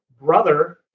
brother